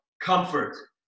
Comfort